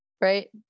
Right